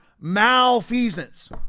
malfeasance